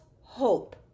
hope